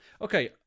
Okay